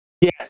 Yes